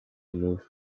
moved